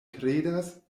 kredas